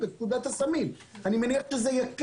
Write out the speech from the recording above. אמרתי שזאת פקודת הסמים המסוכנים, אני יכול לקרוא